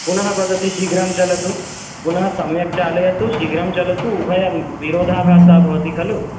पुनः वदति शीघ्रं चलतु पुनः सम्यक् चालयतु शीघ्रं चलतु उभयं विरोधाभासः भवति खलु